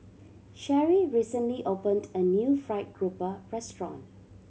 Sherrie recently opened a new fried grouper restaurant